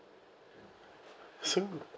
so